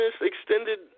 extended